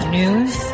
news